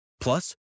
Plus